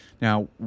Now